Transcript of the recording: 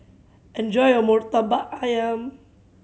enjoy your Murtabak Ayam